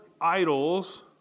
idols